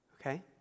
Okay